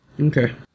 okay